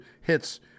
hits